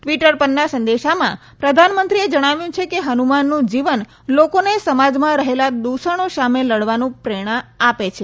Twitter પરના સંદેશામાં પ્રધાનમંત્રીએ જણાવ્યું છે કે હનુમાનનું જીવન લોકોને સમાજમાં રહેલા દુષણો સામે લડવાનું પ્રેરણા આપે છે